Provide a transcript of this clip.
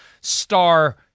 star